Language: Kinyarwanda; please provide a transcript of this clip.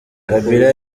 kabila